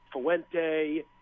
Fuente